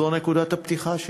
זו נקודת הפתיחה שלי.